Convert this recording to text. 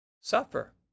suffer